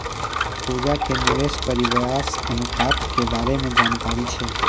पूजा के निवेश परिव्यास अनुपात के बारे मे जानकारी छै